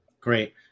Great